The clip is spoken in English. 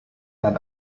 had